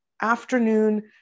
afternoon